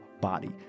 body